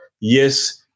yes